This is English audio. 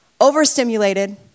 overstimulated